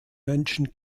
menschen